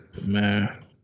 Man